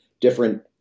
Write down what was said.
different